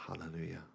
Hallelujah